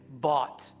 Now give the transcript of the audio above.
bought